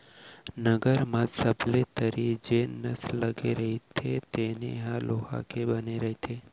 नंगर म सबले तरी जेन नस लगे रथे तेने भर ह लोहा के बने रथे